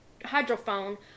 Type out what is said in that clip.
hydrophone